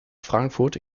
frankfurt